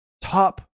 top